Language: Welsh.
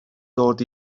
dod